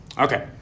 okay